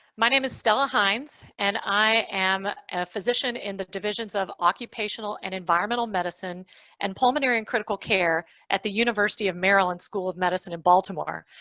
my name is stella hines and i am a physician in the divisions of occupational and environmental medicine and pulmonary and critical care at the university of maryland school of medicine in baltimore.